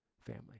family